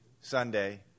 Sunday